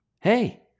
Hey